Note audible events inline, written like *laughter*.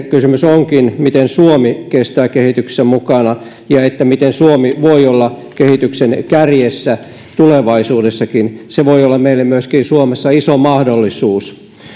*unintelligible* kysymys onkin miten suomi kestää kehityksessä mukana ja miten suomi voi olla kehityksen kärjessä tulevaisuudessakin se voi olla meille suomessa myöskin iso mahdollisuus